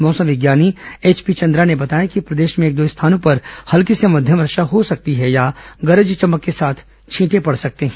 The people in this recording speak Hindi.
मौसम विज्ञानी एचपी चंद्रा ने बताया कि प्रदेश में एक दो स्थानों पर हल्की से मध्यम वर्षा हो सकती है या गरज चमक के साथ छींटें पड सकती हैं